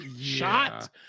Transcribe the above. shot